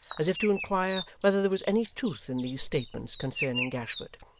as if to inquire whether there was any truth in these statements concerning gashford,